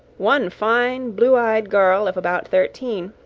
one fine blue-eyed girl of about thirteen,